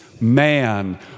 man